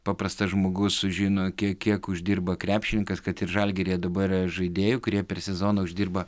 paprastas žmogus sužino kiek kiek uždirba krepšininkas kad ir žalgiryje dabar žaidėjų kurie per sezoną uždirba